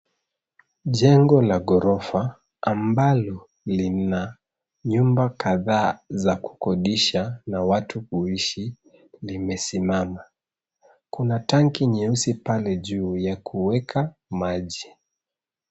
Jengo la ghorofa ambalo lina nyumba kadhaa na watu kuishi limesimama. Kuna tanki jeusi pale juu la kuweka maji.